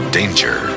danger